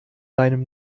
deinem